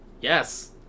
yes